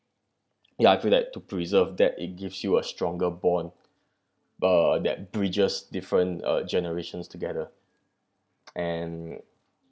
ya I feel that to preserve that it gives you a stronger bond uh that bridges different uh generations together and